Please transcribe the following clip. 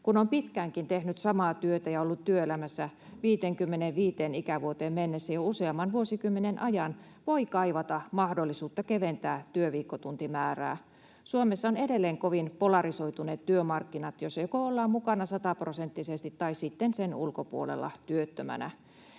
Kun on pitkäänkin tehnyt samaa työtä ja ollut työelämässä 55 ikävuoteen mennessä jo useamman vuosikymmenen ajan, voi kaivata mahdollisuutta keventää työviikkotuntimäärää. Suomessa on edelleen kovin polarisoituneet työmarkkinat, joissa ollaan joko mukana sataprosenttisesti tai sitten sen ulkopuolella työttömänä.